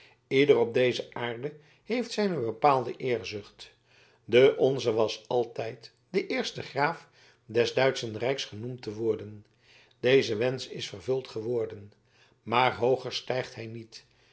ieder op deze aarde heeft zijne bepaalde eerzucht de onze was altijd de eerste graaf des duitschen rijks genoemd te worden deze wensch is vervuld geworden maar hooger stijgt hij niet